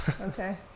Okay